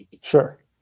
Sure